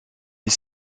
est